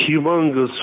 humongous